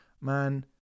man